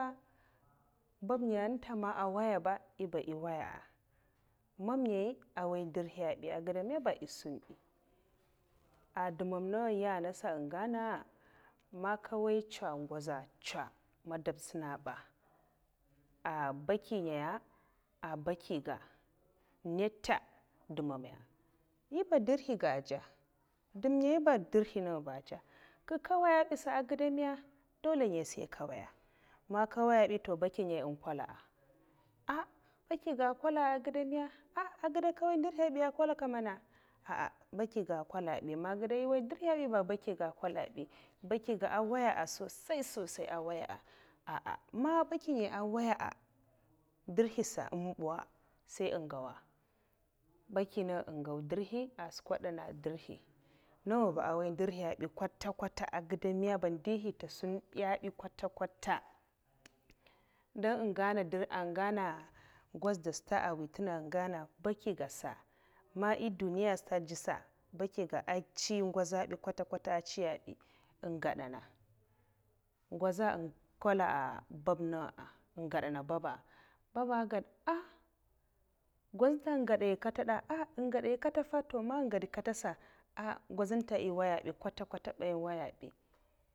Baɓ ngaya ntè ma n woy ya ba nyè ba èwaiya' ah mamngaya ah nwoy dirhibi eh gide me ba eh sunbay eh dè' mam nènga nye nsa èn ngadana man nka' waiya nka nco ngwoz a ma daptsana'a baki ngaya'a baki ga nga ntè dè' mam'ngaya nyeba ndirhi ga a'zye dem ngaya ba ndihi nenga ba a'zey nka nga nwoy'bisa ègi da ma? Dole ngaya sei nka nwoya man nka nwoya bi baki ngaya a dey kwala a baki ga nde nkwala eh gide ma? Agide nka nwoya ndirhiyabi nkwalak mana ah ah baki ga ehn nkwala bi man eh gide man nka nwoya ndrihiyabi baki ga nkwala bi baki ga n'nwoya sosai sosai ah nwoya a, aa man baki ngaya eh nwoya a ndirhisa ehn mbuwa a sai n ngawa baki nenga ehn gau ndirhi a ntcswukwodona ndirhi, nènga ba nwoy èn ndirha bi kwata kwata, ah gèd miya ba ndohi ntoh nsun bi kwata kwata' nènga nas' gana ngwozda stad è nwi ntenga eh gana baki sa man èn èh duniya nte dzesa baki ehn ncè ngwoz'bi kwata kwata ehn gèda ngwoza en nkwala bab'nenga en gadana bab'nenga ba baba gad ah ngwaz nte ehn gadai nkata ah gadai nkta fa to man èhn gad katsa ngwaz nte ehn nwoya bi kwata kwata ehn nwoya bi.